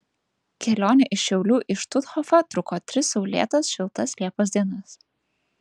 kelionė iš šiaulių į štuthofą truko tris saulėtas šiltas liepos dienas